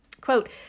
quote